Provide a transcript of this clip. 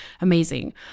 Amazing